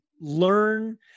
Learn